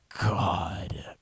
God